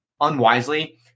unwisely